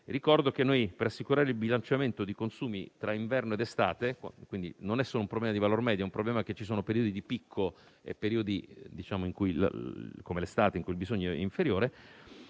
Ricordo che, per assicurare il bilanciamento di consumi tra inverno ed estate - non è quindi solo un problema di valore medio: ci sono periodi di picco e altri, come l'estate, in cui il bisogno è inferiore